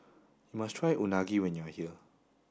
you must try Unagi when you are here